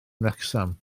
wrecsam